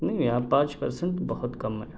نہیں یار پانچ پرسینٹ بہت کم ہے